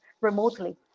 remotely